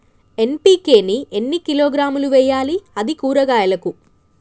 NPK ని ఎన్ని కిలోగ్రాములు వెయ్యాలి? అది కూరగాయలకు?